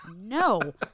no